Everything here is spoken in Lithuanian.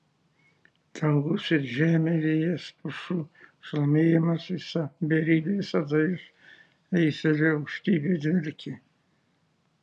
dangus ir žemė vėjas pušų šlamėjimas visa beribė visata iš eifelio aukštybių dvelkė